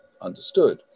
understood